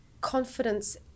confidence